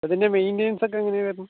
ഇതിൻ്റെ മെയിൻറ്റനൻസൊക്കെ എങ്ങനെയാ വരുന്നേ